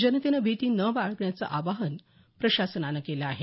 जनतेनं भिती न बाळगण्याच आवाहन प्रशासनान केल आहे